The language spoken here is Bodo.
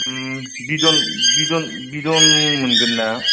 बिदन मोनगोनना